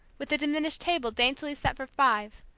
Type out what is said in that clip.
with the diminished table daintily set for five,